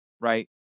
right